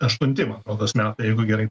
aštunti man rodos metai jeigu gerai